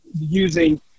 using